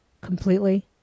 completely